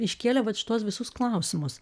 iškėlė vat šituos visus klausimus